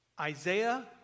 Isaiah